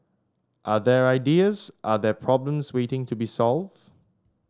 are there ideas are there problems waiting to be solved